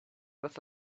with